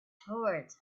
towards